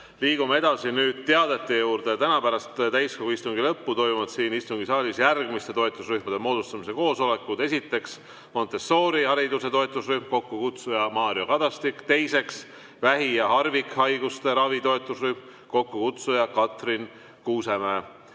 Liigume edasi teadete juurde. Täna pärast täiskogu istungi lõppu toimuvad siin istungisaalis järgmiste toetusrühmade moodustamise koosolekud: esiteks, Montessori hariduse toetusrühm, kokkukutsuja Mario Kadastik; teiseks, vähi- ja harvikhaiguste ravi toetusrühm, kokkukutsuja Katrin Kuusemäe.